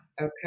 okay